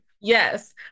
Yes